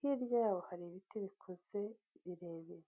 hirya yabo hari ibiti bikuze birebire